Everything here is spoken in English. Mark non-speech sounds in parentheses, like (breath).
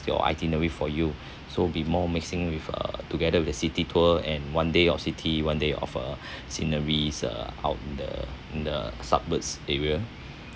your itinerary for you so be more mixing with uh together with the city tour and one day of city one day of uh (breath) sceneries uh out in the in the suburbs area